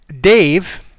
Dave